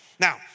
Now